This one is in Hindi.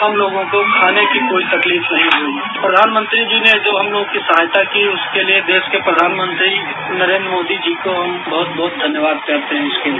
हम लोगों को खाने की कोई तकलीफ नहीं हुई प्रधानमंत्री जी ने जो हम लोगों की सहायता की इसके लिए देश के प्रधानमंत्री नरेंद्र मोदी जी को हम बहुत बहुत धन्यवाद करते हैं उसके लिए